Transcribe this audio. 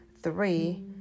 Three